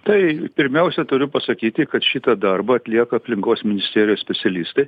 tai pirmiausia turiu pasakyti kad šitą darbą atlieka aplinkos ministerijos specialistai